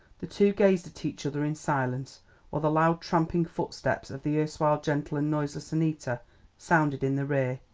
the two gazed at each other in silence while the loud trampling footsteps of the erstwhile gentle and noiseless annita sounded in the rear.